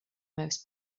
most